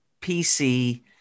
PC